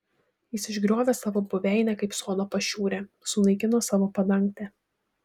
jis išgriovė savo buveinę kaip sodo pašiūrę sunaikino savo padangtę